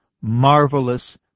marvelous